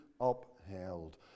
upheld